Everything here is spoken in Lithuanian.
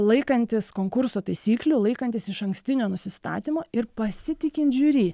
laikantis konkurso taisyklių laikantis išankstinio nusistatymo ir pasitikint žiuri